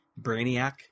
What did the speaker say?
brainiac